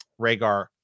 Rhaegar